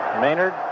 Maynard